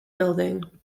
building